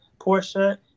Portia